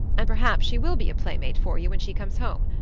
perhaps she will be a playmate for you when she comes home.